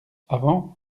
avant